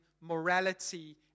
morality